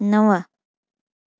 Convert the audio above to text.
नव